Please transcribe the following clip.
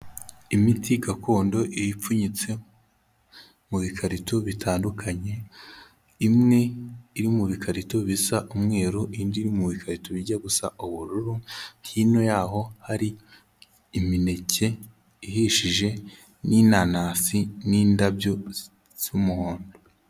Imiti gakondo ipfunyitse mu bikarito bitandukanye, imwe iri mu bikarito bisa umweru, indi iri mu bikarito bijya gusa ubururu, hino yaho hari imineke ihishije n'inanasi n'indabyo z'umuhondo.